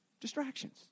Distractions